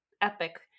epic